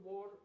War